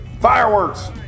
Fireworks